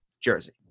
jersey